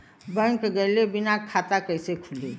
Bank गइले बिना खाता कईसे खुली?